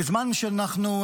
בזמן שאנחנו,